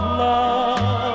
love